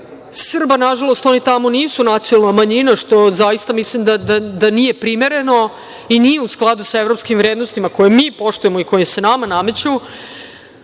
Srba. Nažalost, oni tamo nisu nacionalna manjina, što zaista mislim da nije primereno i nije u skladu sa evropskim vrednostima koje mi poštujemo i koji se nama nameću. Imali